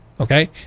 Okay